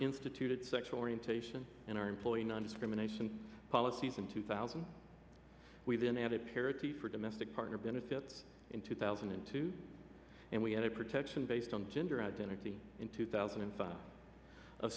instituted sexual orientation in our employee nondiscrimination policies in two thousand we then added parity for domestic partner benefits in two thousand and two and we had a protection based on gender identity in two thousand and five